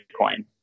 Bitcoin